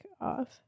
off